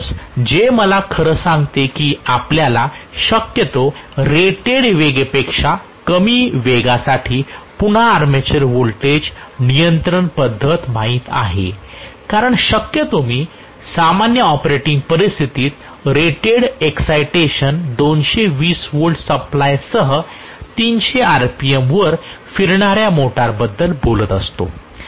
म्हणूनच हे मला खरं सांगते की आम्हाला शक्यतो रेटेड वेगपेक्षा कमी वेगासाठी पुन्हा आर्मेचर व्होल्टेज नियंत्रण पद्धत माहित आहे कारण शक्यतो मी सामान्य ऑपरेटिंग परिस्थितीत रेटेड एक्सायटेशन 220 V सप्लायसह 300 rpm वर फिरणाऱ्या मोटारबद्दल बोलत असतो